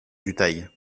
dutheil